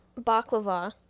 baklava